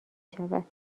شود